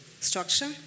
structure